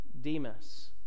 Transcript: Demas